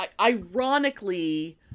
ironically